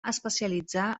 especialitzar